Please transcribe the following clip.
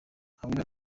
habiba